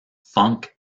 funk